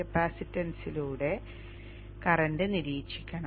കപ്പാസിറ്റൻസിലൂടെ current നിരീക്ഷിക്കണം